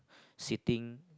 sitting